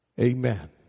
Amen